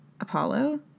Apollo